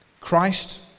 Christ